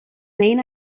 main